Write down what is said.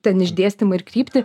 ten išdėstymą ir kryptį